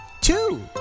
Two